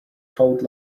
told